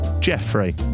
Jeffrey